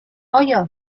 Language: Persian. آیا